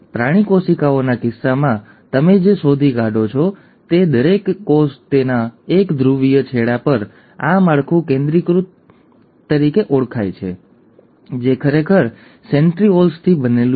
હવે પ્રાણી કોશિકાઓના કિસ્સામાં તમે જે શોધી કાઢો છો તે દરેક કોષ તેના એક ધ્રુવીય છેડા પર આ માળખું કેન્દ્રીકૃત તરીકે ઓળખાય છે જે ખરેખર સેન્ટ્રિઓલ્સથી બનેલું છે